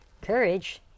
courage